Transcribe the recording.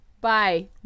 bye